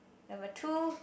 number two